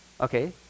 Okay